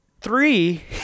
three